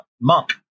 monk